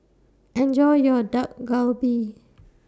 Enjoy your Dak Galbi